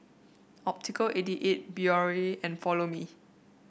Optical eighty eight Biore and Follow Me